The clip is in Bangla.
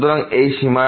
সুতরাং এই সীমা কি